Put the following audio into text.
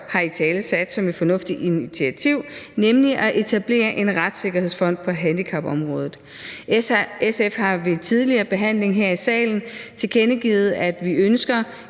har italesæt som et fornuftigt initiativ, nemlig at etablere en retssikkerhedsfond på handicapområdet. SF har tidligere her i salen tilkendegivet, at vi ønsker